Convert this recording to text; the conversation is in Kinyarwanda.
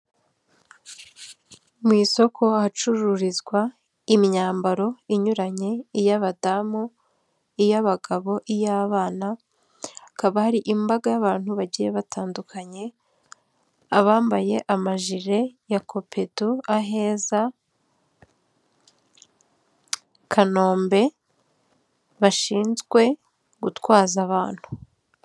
Mu isoko ahacururizwa imyambaro inyuranye, iy'abadamu, iy'abagabo iy'abana, haakaba hari imbaga y'abantu bagiye batandukanye, abambaye amajire ya COPEDO AHEZA KANOMBE, bashinzwe gutwaza abantu.